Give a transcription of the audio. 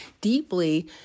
deeply